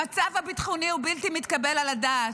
המצב הביטחוני הוא בלתי מתקבל על הדעת: